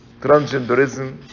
transgenderism